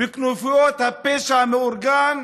בכנופיות הפשע המאורגן,